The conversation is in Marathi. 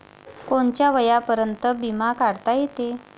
कोनच्या वयापर्यंत बिमा काढता येते?